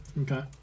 Okay